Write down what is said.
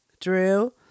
Drew